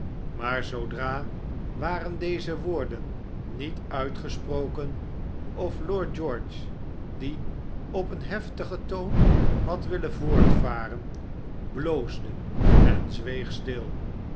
maar zoodra waren deze woorden niet uitgesproken of lord george die op een heftigen toon had willen voortvaren bloosde en zweeg stil